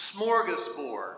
smorgasbord